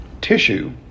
tissue